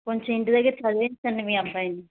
కొంచెం ఇంటి దగ్గర చదివించండి మీ అబ్బాయిని